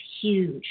huge